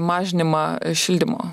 mažinimą šildymo